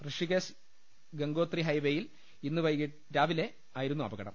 ഋഷികേശ് ഗംഗോത്രി ഹൈവേയിൽ ഇന്ന് രാവിലെയാ യിരുന്നു അപകടം